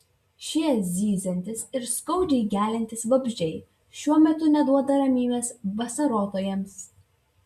šie zyziantys ir skaudžiai geliantys vabzdžiai šiuo metu neduoda ramybės vasarotojams